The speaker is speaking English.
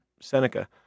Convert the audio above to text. Seneca